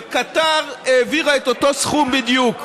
וקטאר העבירה את אותו סכום בדיוק.